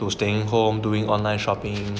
to staying home doing online shopping